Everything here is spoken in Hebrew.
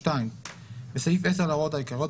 תיקון סעיף 10 בסעיף 10 להוראות העיקריות,